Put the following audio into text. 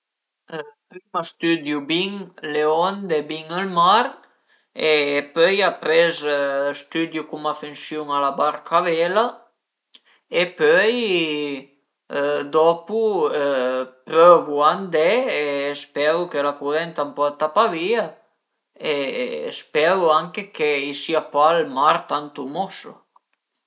Stüdiu bin le onde, bin ël mar e pöi apres stüdiu cum a funsiun-a la barca a vela e pöi dopu prövu a andé e speru che la curent a m'porta pa via e speru anche che a i sia pa ël mar tantu mosso